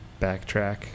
backtrack